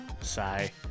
Sigh